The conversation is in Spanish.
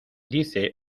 dice